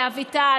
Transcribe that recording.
לאביטל,